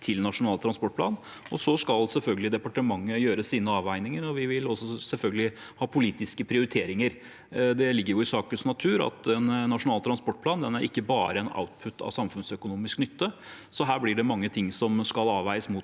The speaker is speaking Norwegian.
om Nasjonal transportplan. Så skal selvfølgelig departementet gjøre sine avveininger, og vi vil også ha politiske prioriteringer. Det ligger i sakens natur at en nasjonal transportplan ikke bare er en output av samfunnsøkonomisk nytte. Her blir det mange ting som skal avveies mot